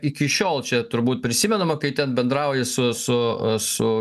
iki šiol čia turbūt prisimenama kai ten bendrauji su su su